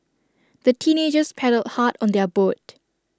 the teenagers paddled hard on their boat